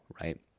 right